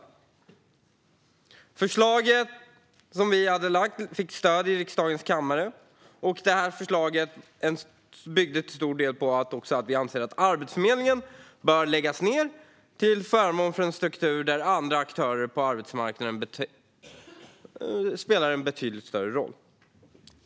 Det förslag som vi hade lagt fram fick stöd i riksdagens kammare. Det byggde till stor del på att vi anser att Arbetsförmedlingen bör läggas ned till förmån för en struktur där andra aktörer på arbetsmarknaden spelar en betydligt större roll.